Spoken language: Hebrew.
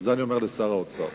ואת זה אני אומר לשר האוצר: